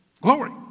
glory